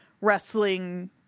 wrestling